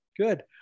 Good